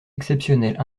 exceptionnelles